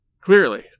Clearly